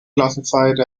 classified